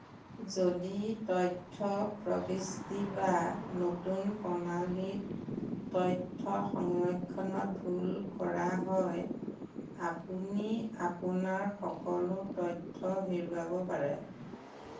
যদি তথ্য প্ৰবিষ্টি বা নতুন প্ৰণালীত তথ্য সংৰক্ষণত ভুল কৰা হয় আপুনি আপোনাৰ সকলো তথ্য হেৰুৱাব পাৰে